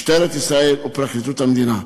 משטרת ישראל ופרקליטות המדינה.